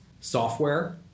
software